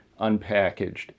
unpackaged